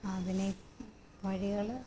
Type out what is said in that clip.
ആദ്യമേ വഴികള്